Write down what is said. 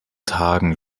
tagen